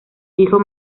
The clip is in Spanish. hijo